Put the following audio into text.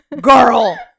Girl